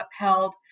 upheld